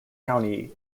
county